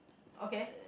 okay